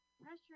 pressure